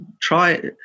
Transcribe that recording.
try